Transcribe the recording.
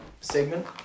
segment